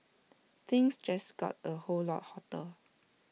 things just got A whole lot hotter